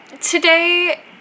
Today